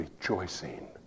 Rejoicing